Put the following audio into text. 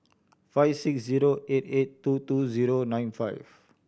five six zero eight eight two two zero nine five